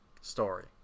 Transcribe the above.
story